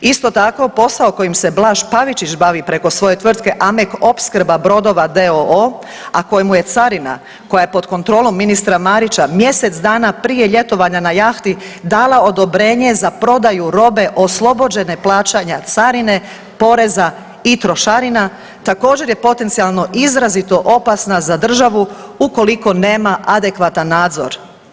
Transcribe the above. Isto tako posao kojim se Blaž Pavičić bavi preko svoje tvrtke Amec opskrba brodova d.o.o., a kojemu je Carina, koja je pod kontrolom ministra Marića mjesec dana prije ljetovanja na jahti dala odobrenje za prodaju robe oslobođene plaćanja carine, poreza i trošarina, također je potencijalno izrazito opasna za državu, ukoliko nema adekvatan nadzor.